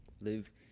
Live